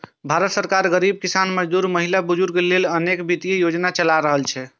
भारत सरकार गरीब, किसान, मजदूर, महिला, बुजुर्ग लेल अनेक वित्तीय योजना चला रहल छै